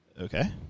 Okay